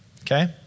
Okay